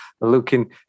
looking